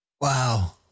Wow